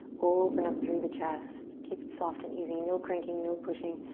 open up through the chest. keep it soft and easy. no cranking, no pushing,